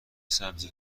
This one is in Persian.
سبزی